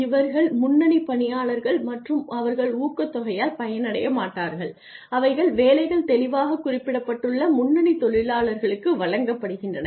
இவர்கள் முன்னணி பணியாளர்கள் மற்றும் அவர்கள் ஊக்கத்தொகையால் பயனடைய மாட்டார்கள் அவைகள் வேலைகள் தெளிவாகக் குறிப்பிடப்பட்டுள்ள முன்னணி தொழிலாளர்களுக்கு வழங்கப்படுகின்றன